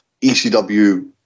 ECW